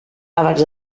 abans